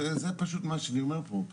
זה פשוט מה שאני אומר פה,